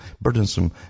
burdensome